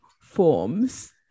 forms